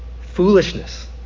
foolishness